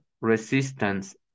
resistance